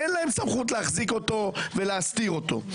אין להם סמכות להחזיק אותו ולהסתיר אותו.